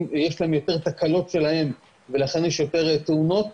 יש יותר תקלות שלהם ולכן יש יותר תאונות?